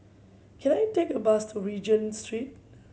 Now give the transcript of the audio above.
can I take a bus to Regent Street